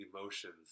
emotions